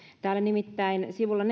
täällä sivulla